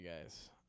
guys